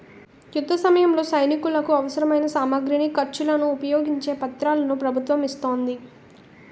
యుద్ధసమయంలో సైనికులకు అవసరమైన సామగ్రిని, ఖర్చులను ఉపయోగించే పత్రాలను ప్రభుత్వం ఇస్తోంది